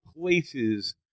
places